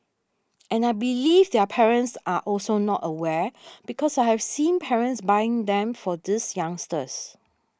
and I believe their parents are also not aware because I have seen parents buying them for these youngsters